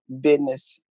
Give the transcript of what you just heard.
business